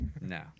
No